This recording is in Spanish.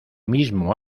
mismo